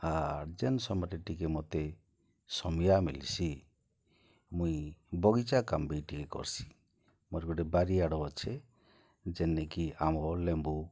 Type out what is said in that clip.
ଆର ଯେନ୍ ସମୟରେ ଟିକେ ମୋତେ ସମିୟା ମିଲ୍ସି ମୁଇଁ ବଗିଚା କାମବି ଟିକେ କର୍ସି ମୋର ଗୋଟିଏ ବାରିଆଡ଼ ଅଛେ ଯେନ୍ନେକି ଆମ୍ବ ଲେମ୍ବୁ